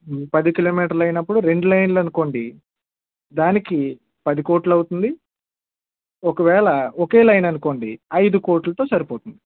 పది కిలోమీటర్లు అయినప్పుడు రెండు లైన్లు అనుకోండి దానికి పదికోట్లు అవుతుంది ఒకవేళ ఒకే లైన్ అనుకోండి ఐదు కోట్లతో సరిపోతుంది